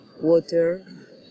water